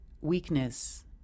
weakness